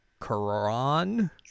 Quran